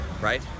right